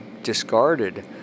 discarded